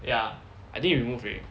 ya I think you remove already